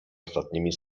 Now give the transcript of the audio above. ostatnimi